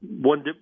One